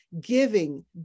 giving